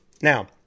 Now